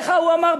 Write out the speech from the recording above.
איך ההוא אמר?